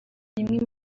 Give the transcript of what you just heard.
rimwe